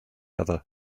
other